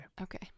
Okay